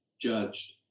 judged